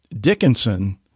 Dickinson